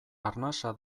arnasa